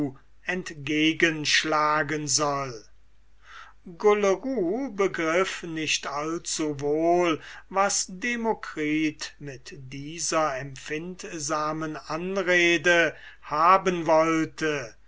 gulleru entgegenschlagen soll gulleru begriff nicht allzuwohl was demokritus mit dieser empfindsamen anrede haben wollte